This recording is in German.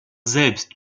selbst